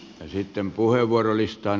sitten puheenvuorolistaan